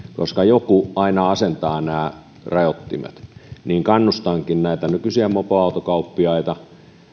koska joku aina asentaa nämä rajoittimet kannustankin näitä nykyisiä mopoautokauppiaita